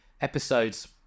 episodes